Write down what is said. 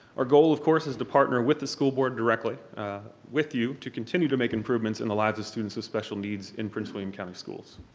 our goal of course is the partner with the school board directly with you to continue to make improvements in the lives of students with special needs in prince william county schools.